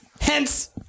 hence